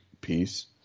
piece